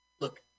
Look